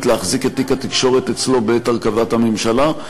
להחזיק את תיק התקשורת אצלו בעת הרכבת הממשלה.